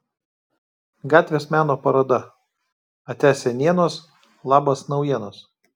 gatvės meno paroda ate senienos labas naujienos